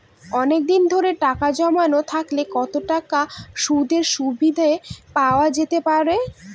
অনেকদিন ধরে টাকা জমানো থাকলে কতটা সুদের সুবিধে পাওয়া যেতে পারে?